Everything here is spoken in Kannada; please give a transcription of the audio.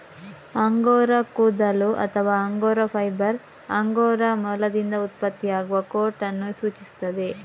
ಅಂಗೋರಾ ಕೂದಲು ಅಥವಾ ಅಂಗೋರಾ ಫೈಬರ್ ಅಂಗೋರಾ ಮೊಲದಿಂದ ಉತ್ಪತ್ತಿಯಾಗುವ ಕೋಟ್ ಅನ್ನು ಸೂಚಿಸುತ್ತದೆ